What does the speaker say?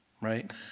Right